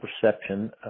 perception